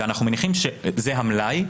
ואנחנו מניחים שזה המלאי.